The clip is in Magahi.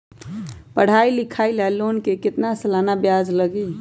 पढाई लिखाई ला लोन के कितना सालाना ब्याज लगी?